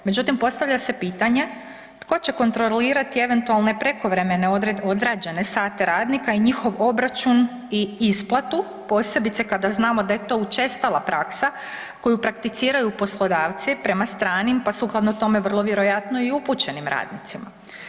Međutim postavlja se pitanje tko će kontrolirati eventualne prekovremene odrađene sate radnika i njihov obračun i isplatu posebice kada znamo da je to učestala praksa koju prakticiraju poslodavci prema stranim pa sukladno tome vrlo vjerojatno i upućenim radnicima?